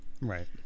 Right